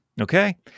Okay